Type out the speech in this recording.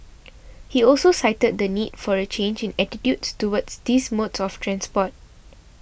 he also cited the need for a change in attitudes towards these modes of transport